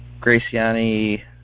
Graciani